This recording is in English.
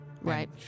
right